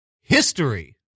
history